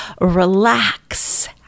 relax